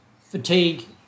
fatigue